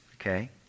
okay